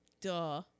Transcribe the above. duh